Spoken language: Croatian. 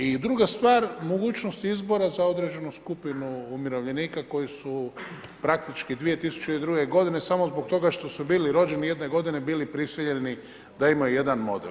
I druga stvar mogućnost izbora za određenu skupinu umirovljenika koji su praktički 2002. godine samo zbog toga što su bili rođeni jedne godine bili prisiljeni da imaju jedan model.